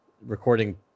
recording